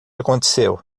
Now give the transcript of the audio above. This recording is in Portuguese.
aconteceu